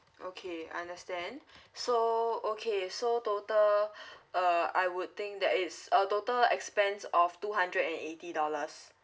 okay understand so okay so total uh I would think that it's a total expense of two hundred and eighty dollars